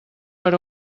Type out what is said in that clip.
per